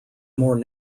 more